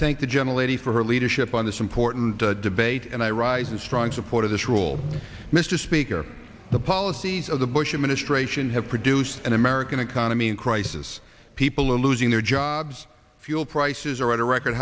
think the general lady for her leadership on this important debate and i rise in strong support of this rule mr speaker the policies of the bush administration have produced an american economy in crisis people are losing their jobs fuel prices are at a record